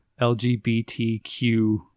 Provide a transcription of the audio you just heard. LGBTQ